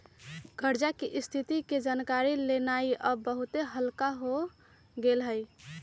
कर्जा की स्थिति के जानकारी लेनाइ अब बहुते हल्लूक हो गेल हइ